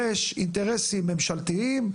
יש אינטרסים ממשלתיים,